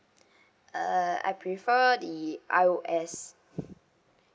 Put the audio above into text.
uh I prefer the I_O_S